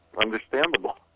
understandable